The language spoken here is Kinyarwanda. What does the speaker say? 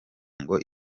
ngo